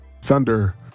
thunder